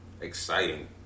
exciting